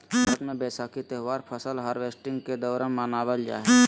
भारत मे वैसाखी त्यौहार फसल हार्वेस्टिंग के दौरान मनावल जा हय